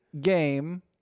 game